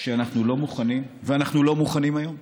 כשאנחנו לא מוכנים, ואנחנו לא מוכנים היום,